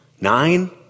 Nine